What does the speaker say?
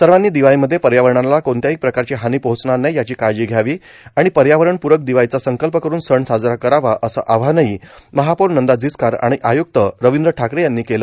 सर्वानी दिवाळीमध्ये पर्यावरणाला कोणत्याही प्रकारची हानी पोहोचणार नाही याची काळजी घ्यावी आणि पर्यावरणप्रक दिवाळीचा संकल्प करून सण साजरा करावा असे आवाहनही महापौर नंदा जिचकार आणि आय्क्त रवींद्र ठाकरे यांनी केले